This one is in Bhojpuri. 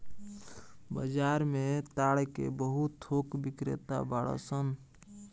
बाजार में ताड़ के बहुत थोक बिक्रेता बाड़न सन